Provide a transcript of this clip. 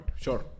Sure